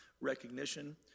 recognition